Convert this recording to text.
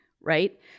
right